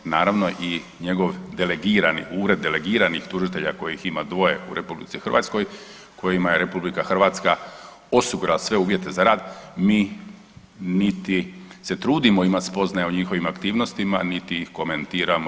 Naravno, i njegov delegirani ured delegiranih tužitelja kojih ima dvoje u RH, kojima je RH osigura sve uvjete za rad, mi niti se trudimo imati spoznaja o njihovim aktivnostima niti ih komentiramo.